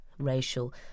racial